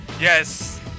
Yes